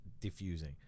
Diffusing